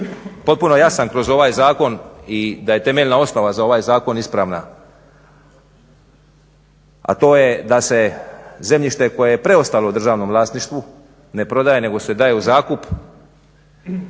potpuno jasan kroz ovaj zakon i da je temeljna osnova za ovaj zakon ispravna, a to je da se zemljište koje je preostalo u državnom vlasništvu ne prodaje, nego se daje u zakup.